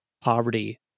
poverty